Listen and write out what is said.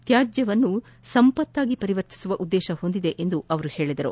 ತ್ಯಾಜ್ಯವನ್ನು ಸಂಪತ್ತಾಗಿ ಪರಿವರ್ತಿಸುವ ಉದ್ದೇಶ ಹೊಂದಿದೆ ಎಂದರು